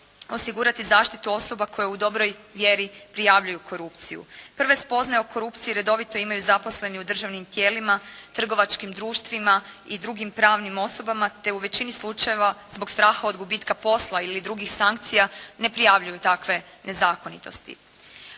osigurati zaštitu osoba koje u dobroj vjeri prijavljuju korupciju. Prve spoznaje o korupciji redovito imaju zaposleni u državnim tijelima, trgovačkim društvima i drugim pravnim osobama, te u većini slučajeva zbog straha od gubitka posla ili drugih sankcija ne prijavljuju takve nezakonitosti.